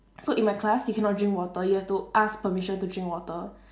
so in my class you cannot drink water you have to ask permission to drink water